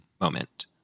moment